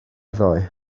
ddoe